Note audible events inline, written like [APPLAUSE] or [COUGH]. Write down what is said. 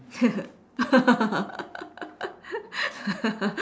[LAUGHS]